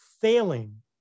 failing